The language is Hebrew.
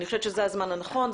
אני חושבת שזה הזמן הנכון,